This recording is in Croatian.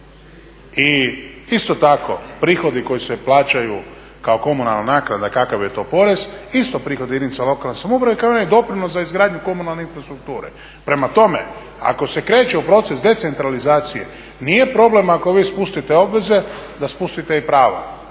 I isto tako prihodi koji se plaćaju kao komunalna naknada kakav je to porez isto prihodi jedinica lokalne samouprave kao i onaj doprinos za izgradnju komunalne infrastrukture. Prema tome, ako se kreće u proces decentralizacije nije problem ako vi spustite obveze da spustite i prava